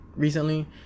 recently